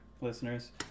listeners